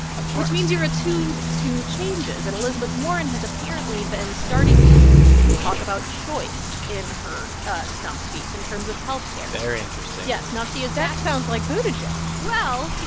of course. which means you're attuned to changes. and elizabeth warren has apparently been starting to talk about choice in her stump speech in terms of health care very interesting yes. now, she is. that sounds like buttigieg. well. yeah